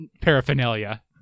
paraphernalia